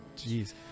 Jeez